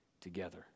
together